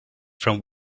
from